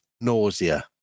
nausea